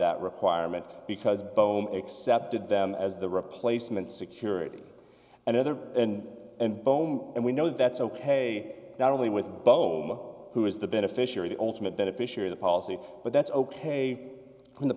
that requirement because boehm accepted them as the replacement security and other end and boehm and we know that that's ok not only with boeing who is the beneficiary the ultimate beneficiary the policy but that's ok in the